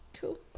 cool